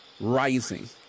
rising